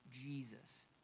Jesus